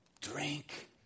drink